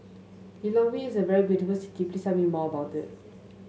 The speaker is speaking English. Lilongwe is a very beautiful city please tell me more about it